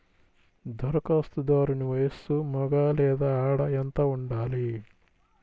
ధరఖాస్తుదారుని వయస్సు మగ లేదా ఆడ ఎంత ఉండాలి?